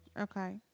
Okay